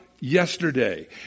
yesterday